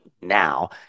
now